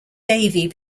davie